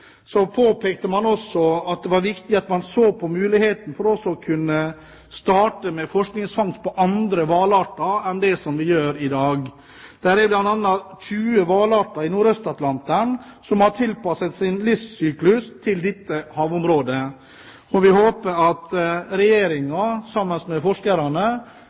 så på muligheten for å kunne starte med forskningsfangst på andre hvalarter enn det vi gjør i dag. Det er bl.a. 20 hvalarter i Nordøst-Atlanteren som har tilpasset sin livssyklus til dette havområdet. Vi håper at Regjeringen sammen med forskerne